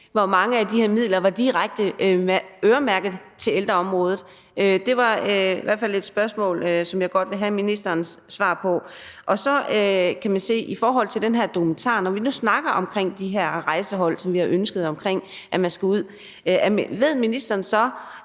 hvor mange af de her midler der var direkte øremærket til ældreområdet. Det er i hvert fald et spørgsmål, som jeg godt vil have ministerens svar på. Så vil jeg i forhold til den her dokumentar, og når vi nu snakker om de her rejsehold, som vi har ønsket skulle ud, spørge, om ministeren så